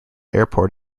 airport